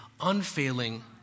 unfailing